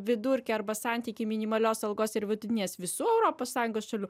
vidurkį arba santykį minimalios algos ir vidutinės visų europos sąjungos šalių